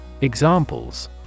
Examples